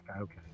okay